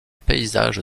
paysage